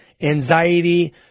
anxiety